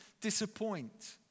disappoint